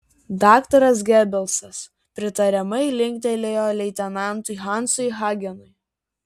daktaras gebelsas pritariamai linktelėjo leitenantui hansui hagenui